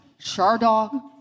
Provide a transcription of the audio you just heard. Shardog